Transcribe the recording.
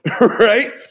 Right